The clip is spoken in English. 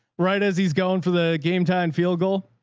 right. as he's going for the game time field goal.